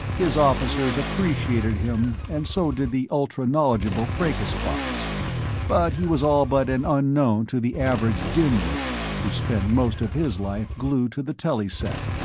his officers appreciated him and so did the ultra-knowledgeable fracas buffs but he was all but an unknown to the average dim wit who spent most of his life glued to the telly set,